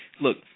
Look